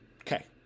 Okay